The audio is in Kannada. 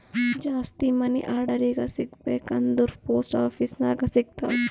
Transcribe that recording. ಜಾಸ್ತಿ ಮನಿ ಆರ್ಡರ್ ಈಗ ಸಿಗಬೇಕ ಅಂದುರ್ ಪೋಸ್ಟ್ ಆಫೀಸ್ ನಾಗೆ ಸಿಗ್ತಾವ್